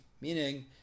Meaning